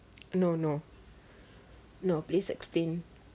no no no please explain